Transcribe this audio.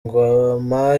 ingoma